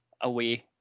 away